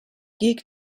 geek